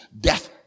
Death